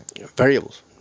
variables